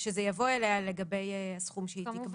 שזה יבוא אליה לגבי הסכום שהיא תקבע.